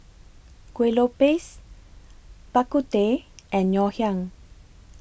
Kuih Lopes Bak Kut Teh and Ngoh Hiang